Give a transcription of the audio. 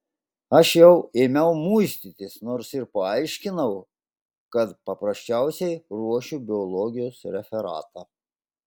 aš jau ėmiau muistytis nors ir paaiškinau kad paprasčiausiai ruošiu biologijos referatą